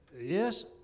Yes